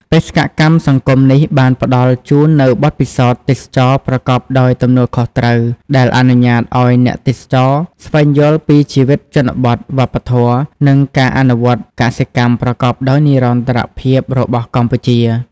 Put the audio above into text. បេសកកម្មសង្គមនេះបានផ្តល់ជូននូវបទពិសោធន៍ទេសចរណ៍ប្រកបដោយទំនួលខុសត្រូវ ដែលអនុញ្ញាតឱ្យអ្នកទេសចរស្វែងយល់ពីជីវិតជនបទ វប្បធម៌ និងការអនុវត្តកសិកម្មប្រកបដោយនិរន្តរភាពរបស់កម្ពុជា ។